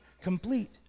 complete